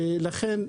לכן,